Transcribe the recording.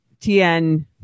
TN